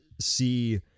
see